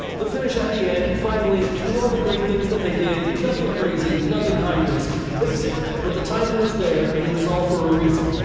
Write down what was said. the finish at the end, finally, through all the great things that they did, nothing crazy, nothing high-risk. basic, but the timing was there and it was all there for a reason.